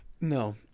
No